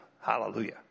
Hallelujah